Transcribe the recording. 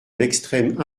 l’extrême